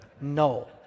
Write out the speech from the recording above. No